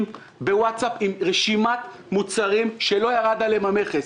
בווטסאפ עם רשימת מוצרים שלא ירד עליהם המכס.